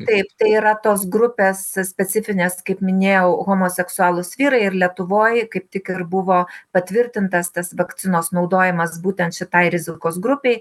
taip tai yra tos grupės specifinės kaip minėjau homoseksualūs vyrai ir lietuvoj kaip tik ir buvo patvirtintas tas vakcinos naudojimas būtent šitai rizikos grupei